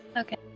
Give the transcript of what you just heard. Okay